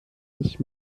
mich